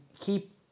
keep